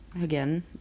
Again